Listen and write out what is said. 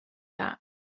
that